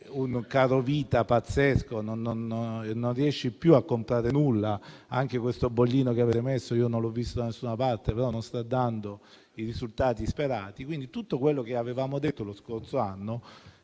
un carovita pazzesco e non si riesce più a comprare nulla (anche questo bollino che avete messo io non l'ho visto da nessuna parte, ma non sta dando i risultati sperati). Tutto quello che avevamo detto lo scorso anno